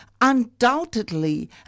undoubtedly